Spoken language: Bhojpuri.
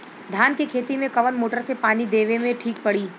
धान के खेती मे कवन मोटर से पानी देवे मे ठीक पड़ी?